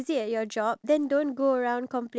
there iya